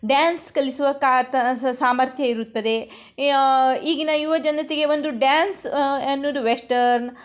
dance ಕಲಿಸುವ ಕ ತ ಸಾಮರ್ಥ್ಯ ಇರುತ್ತದೆ ಈಗಿನ ಯುವ ಜನತೆಗೆ ಒಂದು ಡ್ಯಾನ್ಸ್ ಎನ್ನುವುದು ವೆಶ್ಟರ್ನ್